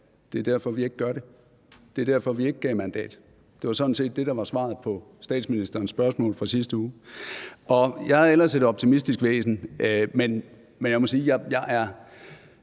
det er derfor, vi ikke gør det, det er derfor, vi ikke gav mandat. Det var sådan set det, der var svaret på statsministerens spørgsmål fra sidste uge. Jeg er ellers et optimistisk væsen, men jeg må sige, at jeg er